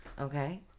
Okay